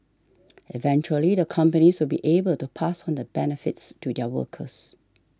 eventually the companies will be able to pass on the benefits to their workers